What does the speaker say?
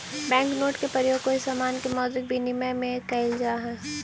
bank note के प्रयोग कोई समान के मौद्रिक विनिमय में कैल जा हई